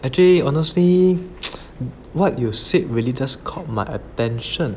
actually honestly what you said really just caught my attention